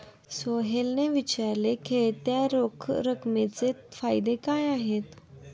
सोहेलने विचारले, खेळत्या रोख रकमेचे फायदे काय आहेत?